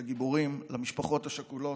לגיבורים, למשפחות השכולות,